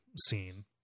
scene